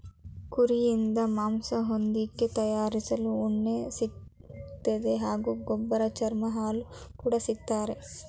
ಕುರಿಯಿಂದ ಮಾಂಸ ಹೊದಿಕೆ ತಯಾರಿಸಲು ಉಣ್ಣೆ ಸಿಗ್ತದೆ ಹಾಗೂ ಗೊಬ್ಬರ ಚರ್ಮ ಹಾಲು ಕೂಡ ಸಿಕ್ತದೆ